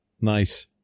Nice